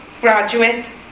graduate